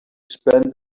spend